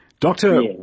Doctor